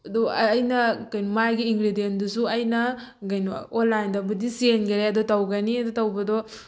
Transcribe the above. ꯑꯗꯨ ꯑꯩꯅ ꯀꯩꯅꯣ ꯃꯥꯒꯤ ꯏꯟꯒ꯭ꯔꯤꯗꯤꯌꯦꯟꯗꯨꯁꯨ ꯑꯩꯅ ꯀꯩꯅꯣ ꯑꯣꯟꯂꯥꯏꯟꯗꯕꯨꯗꯤ ꯆꯦꯟꯒ꯭ꯔꯦ ꯑꯗꯣ ꯇꯧꯒꯅꯤ ꯑꯗꯣ ꯇꯧꯕꯗꯣ